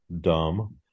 dumb